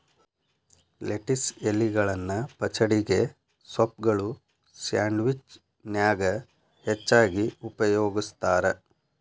lettuce ಎಲಿಗಳನ್ನ ಪಚಡಿಗೆ, ಸೂಪ್ಗಳು, ಸ್ಯಾಂಡ್ವಿಚ್ ನ್ಯಾಗ ಹೆಚ್ಚಾಗಿ ಉಪಯೋಗಸ್ತಾರ